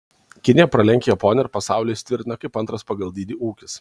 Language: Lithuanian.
kinija pralenkia japoniją ir pasaulyje įsitvirtina kaip antras pagal dydį ūkis